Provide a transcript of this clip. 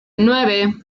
nueve